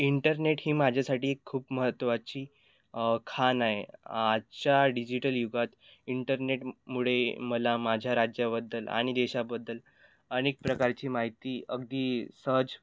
internet ही माझ्यासाठी खूप महत्त्वाची खाण आहे आजच्या डिजिटल युगात इंटरनेटमुळे मला माझ्या राज्याबद्दल आणि देशाबद्दल अनेक प्रकारची माहिती अगदी सहज